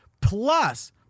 Plus